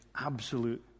absolute